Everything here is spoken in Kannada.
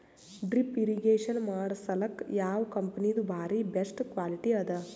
ಡ್ರಿಪ್ ಇರಿಗೇಷನ್ ಮಾಡಸಲಕ್ಕ ಯಾವ ಕಂಪನಿದು ಬಾರಿ ಬೆಸ್ಟ್ ಕ್ವಾಲಿಟಿ ಅದ?